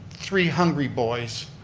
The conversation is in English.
three hungry boys,